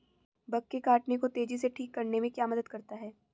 Bug के काटने को तेजी से ठीक करने में क्या मदद करता है?